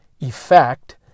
effect